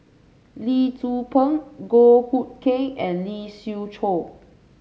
Lee Tzu Pheng Goh Hood Keng and Lee Siew Choh